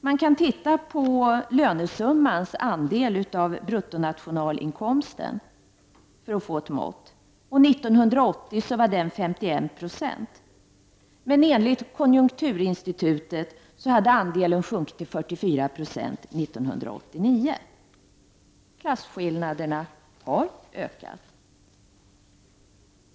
Man kan titta på lönesummans andel av bruttonationalinkomsten för att få ett mått. År 1980 var denna 51 96. Men enligt konjunkturinstitutet hade andelen år 1989 sjunkit till 44 96. Klasskillnaderna har ökat.